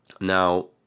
now